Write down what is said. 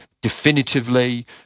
definitively